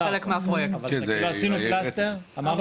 אז היום